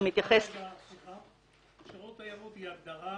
יש לי רק שאלה לגבי הנושא של הגדרת